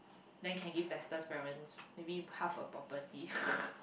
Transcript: then can give Dester's parents maybe half a property